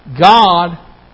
God